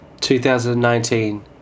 2019